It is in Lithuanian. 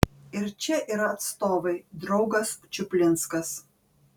ir čia yra atstovai draugas čuplinskas